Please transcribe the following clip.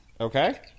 Okay